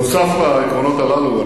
נוסף על העקרונות הללו,